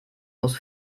muss